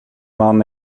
man